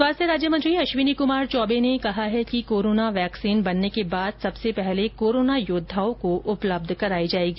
स्वास्थ्य राज्य मंत्री अश्विनी कुमार चौबे ने कहा है कि कोरोना वैक्सीन बनने के बाद सबसे पहले कोरोना योद्वाओं को उपलब्ध कराया जायेगा